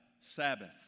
Sabbath